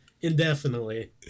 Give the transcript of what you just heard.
indefinitely